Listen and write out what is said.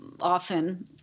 often